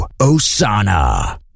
Osana